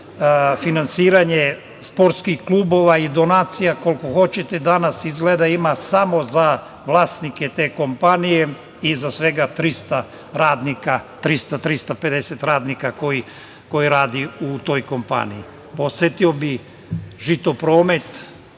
finansiranje sportskih klubova i donacija koliko hoćete. Danas izgleda ima samo za vlasnike te kompanije i za svega 300 radnika, 300, 350 radnika koji rade u toj kompaniji. Podsetio bih – „Žitopromet“,